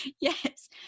Yes